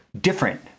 different